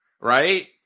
Right